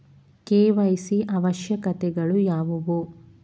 KYC ಅವಶ್ಯಕತೆಗಳು ಯಾವುವು?